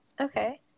okay